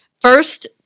First